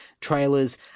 trailers